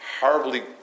horribly